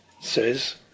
says